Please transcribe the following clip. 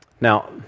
Now